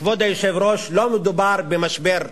כבוד היושב-ראש, לא מדובר במשבר חולף.